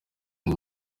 ngo